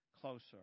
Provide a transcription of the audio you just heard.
closer